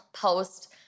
post